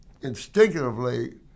instinctively